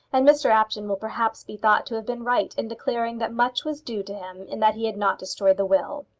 and mr apjohn will perhaps be thought to have been right in declaring that much was due to him in that he had not destroyed the will.